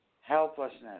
helplessness